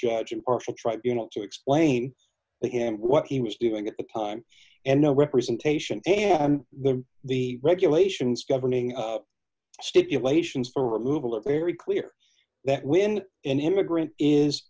judge impartial tribunals to explain to him what he was doing at the time and no representation and then the regulations governing stipulations for removal of very clear that when an immigrant is